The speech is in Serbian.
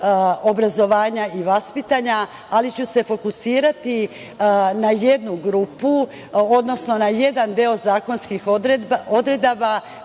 obrazovanja i vaspitanja, ali ću se fokusirati na jednu grupu, odnosno, na jedan deo zakonski odredaba